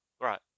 Right